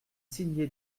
signé